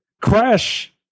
Crash